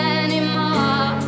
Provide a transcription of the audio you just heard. anymore